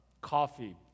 coffee